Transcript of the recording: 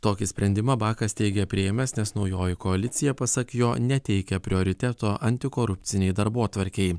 tokį sprendimą bakas teigė priėmęs nes naujoji koalicija pasak jo neteikia prioriteto antikorupcinei darbotvarkei